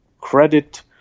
credit